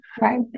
Right